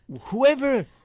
Whoever